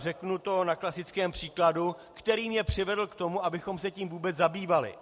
Uvedu to na klasickém příkladu, který mě přivedl k tomu, abychom se tím vůbec zabývali.